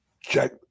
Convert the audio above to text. check